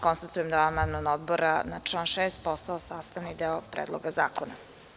Konstatujem da je amandman Odbora na član 6. postao sastavni deo Predloga zakona.